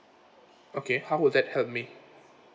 okay how would that help me